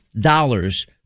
dollars